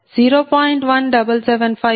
1775 j4